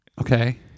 Okay